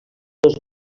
els